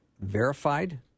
verified